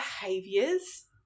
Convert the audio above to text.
behaviors